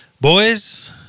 Boys